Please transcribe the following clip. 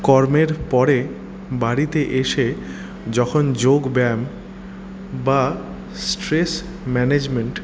কর্মের পরে বাড়িতে এসে যখন যোগ ব্যায়াম বা স্ট্রেস ম্যানেজমেন্ট